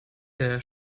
der